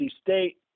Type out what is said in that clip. State